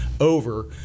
over